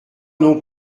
non